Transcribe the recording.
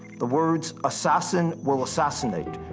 the words, assassin will assassinate,